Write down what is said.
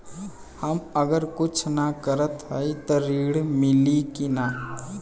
हम अगर कुछ न करत हई त ऋण मिली कि ना?